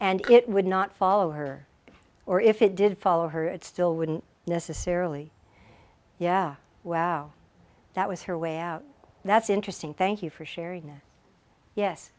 and it would not follow her or if it did follow her it still wouldn't necessarily yeah wow that was her way out that's interesting thank you for sharing